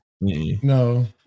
No